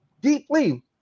deeply